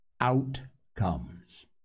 Outcomes